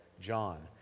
John